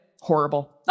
horrible